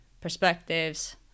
perspectives